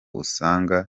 usanga